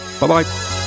bye-bye